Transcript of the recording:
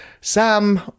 Sam